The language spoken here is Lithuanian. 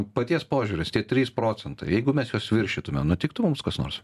paties požiūris tie trys procentai jeigu mes juos viršytume nutiktų mums kas nors